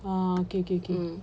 ah okay okay okay